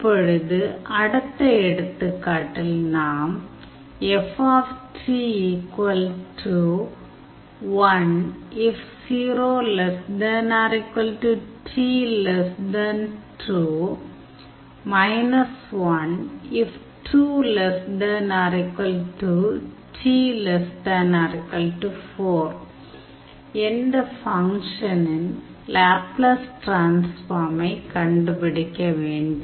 இப்பொழுது அடுத்த எடுத்துக்காட்டில் நாம் என்ற ஃபங்க்ஷனின் லேப்லஸ் டிரான்ஸ்ஃபார்மை கண்டுபிடிக்க வேண்டும்